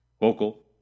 vocal